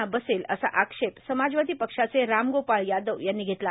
ना बसेल असा आक्षेप समाजवादी पक्षाचे रामगोपाळ यादव यांनी घेतला